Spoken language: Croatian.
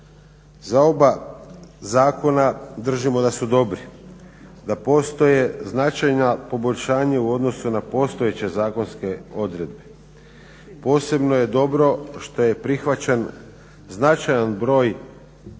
Za oba zakona držimo da su dobri, da postoje značajna poboljšanja u odnosu na postojeće zakonske odredbe. Posebno je dobro što je prihvaćen značajan broj